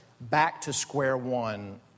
back-to-square-one